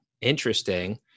interesting